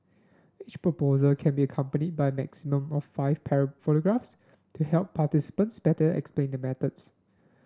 each proposal can be accompanied by a maximum of five pair photographs to help participants better explain their methods